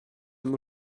mot